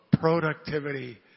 productivity